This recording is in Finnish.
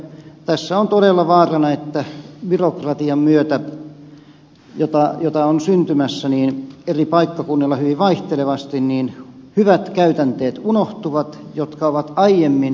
tässä on todella vaarana että byrokratian myötä jota on syntymässä eri paikkakunnilla hyvin vaihtelevasti hyvät käytänteet unohtuvat jotka ovat aiemmin muotoutuneet ja kehittyneet